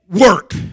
work